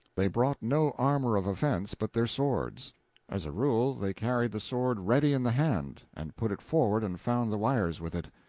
they brought no armor of offense but their swords as a rule, they carried the sword ready in the hand, and put it forward and found the wires with it.